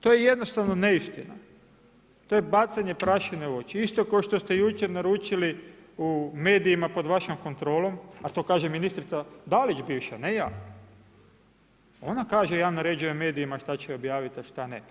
To je jednostavno neistina, to je bacanje prašine u oči isto kao što se jučer naručili u medijima pod vašom kontrolom, a to kaže ministrica Dalić, bivša a ne ja, ona kaže ja naređuje medijima šta će objaviti a šta ne.